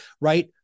Right